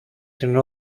την